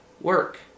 work